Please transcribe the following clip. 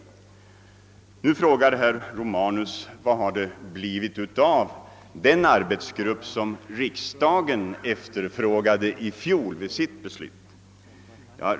Herr Romanus frågar nu vad det har blivit av den arbetsgrupp som riksdagen förordade vid sitt beslut i fjol.